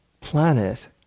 planet